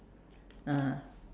ah